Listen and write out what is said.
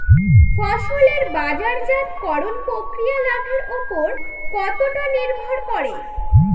ফসলের বাজারজাত করণ প্রক্রিয়া লাভের উপর কতটা নির্ভর করে?